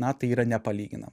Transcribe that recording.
na tai yra nepalyginama